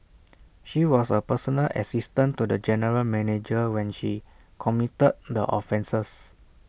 she was A personal assistant to the general manager when she committed the offences